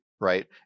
right